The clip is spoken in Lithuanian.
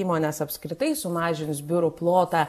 įmonės apskritai sumažins biurų plotą